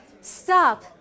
Stop